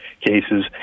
cases